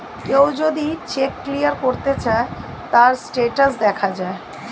কেউ যদি cheque clear করতে চায়, তার স্টেটাস দেখা যায়